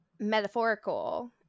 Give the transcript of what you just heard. metaphorical